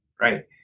right